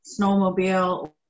snowmobile